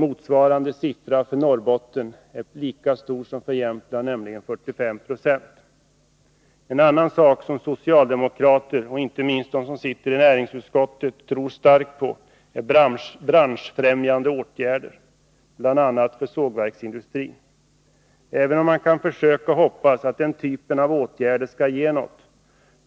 Motsvarande siffra för Norrbotten är lika stor som för Jämtland, alltså 45 96. En annan sak som socialdemokrater — inte minst de som sitter i näringsutskottet — tror starkt på är branschfrämjande åtgärder, bl.a. för sågverksindustrin. Även om man kan hoppas att den typen av åtgärder skall ge något,